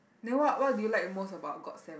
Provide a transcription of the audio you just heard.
then what what do you like the most about got-se~